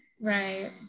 right